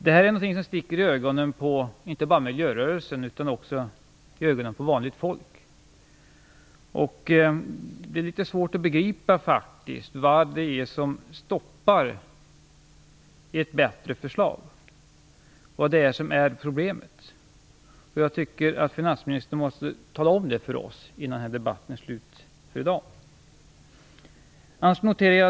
Det här är något som sticker i ögonen inte bara på miljörörelsen utan också på vanligt folk. Det är litet svårt att begripa vad som hindrar ett bättre förslag, vad som är problemet. Finansministern måste tala om det för oss innan dagens debatt är slut.